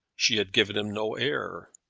she had given him no heir.